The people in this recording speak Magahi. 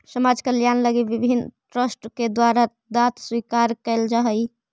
समाज कल्याण लगी विभिन्न ट्रस्ट के द्वारा दांत स्वीकार कैल जा हई